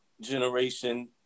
generation